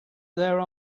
there